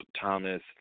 Thomas